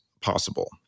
possible